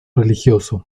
religioso